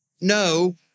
no